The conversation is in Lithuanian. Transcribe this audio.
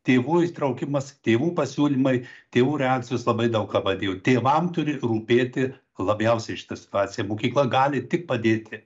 tėvų įsitraukimas tėvų pasiūlymai tėvų reakcijos labai daug ką padėjo tėvam turi rūpėti labiausiai šita situacija mokykla gali tik padėti